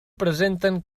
presenten